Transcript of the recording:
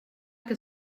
que